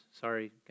Sorry